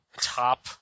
top